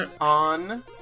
on